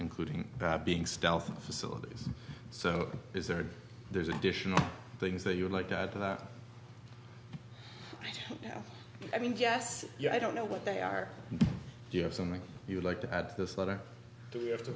including being stealth facilities so is there there's additional things that you would like to add to that i mean yes i don't know what they are do you have something you would like to add to this letter do you have to